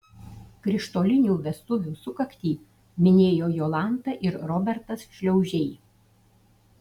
krištolinių vestuvių sukaktį minėjo jolanta ir robertas šliaužiai